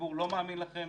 הציבור לא מאמין לכם,